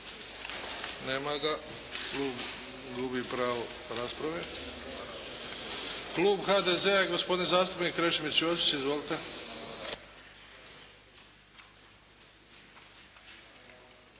Nema ga. Gubi pravo rasprave. Klub HDZ-a gospodin zastupnik Krešimir Ćosić. Izvolite!